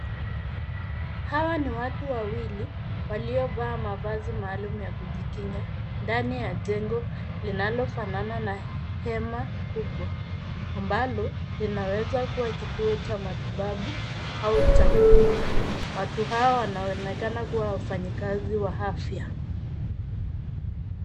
Hawa ni watu wawili, waliovaa mavazi maalum ya kujikinga, ndani ya jengo linalofanana na hema kubwa, ambalo linaweza kuwa kituo cha matibabu, au cha kupima. Watu hawa wanaonekana kuwa wafanyikazi wa afya.